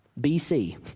BC